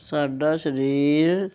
ਸਾਡਾ ਸਰੀਰ